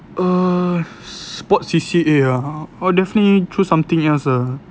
uh sports C_C_A ah I will definitely choose something else ah